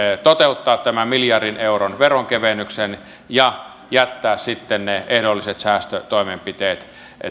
toteuttaa tämän miljardin euron veronkevennyksen ja jättää sitten ne ehdolliset säästötoimenpiteet